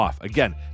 Again